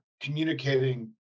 communicating